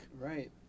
Right